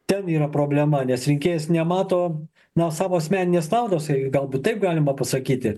ten yra problema nes rinkėjas nemato na savo asmeninės naudos reikia galbūt taip galima pasakyti